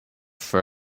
for